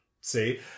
See